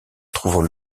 trouvant